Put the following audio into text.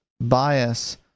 bias